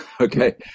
Okay